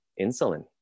insulin